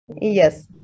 Yes